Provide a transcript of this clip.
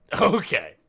Okay